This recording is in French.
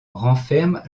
renferme